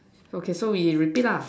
okay so we repeat lah